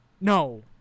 No